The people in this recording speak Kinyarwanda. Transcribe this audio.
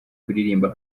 kuririmba